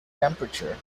temperature